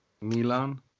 Milan